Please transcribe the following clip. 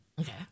Okay